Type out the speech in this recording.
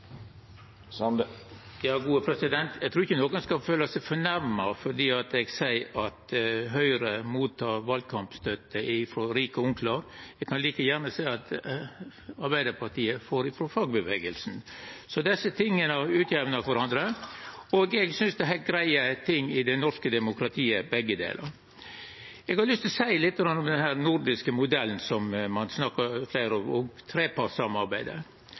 Eg trur ikkje nokon skal føla seg fornærma fordi eg seier at Høgre mottek valkampstøtte frå rike onklar. Eg kan like gjerne seia at Arbeidarpartiet får frå fagbevegelsen, så desse tinga utjamnar kvarandre. Eg synest begge delar er heilt greitt i det norske demokratiet. Eg har lyst til å seia litt om den nordiske modellen som ein snakker om, og trepartssamarbeidet. Den nordiske fagbevegelsen er moderat, har fredsplikt og